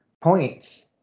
points